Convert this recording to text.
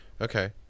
Okay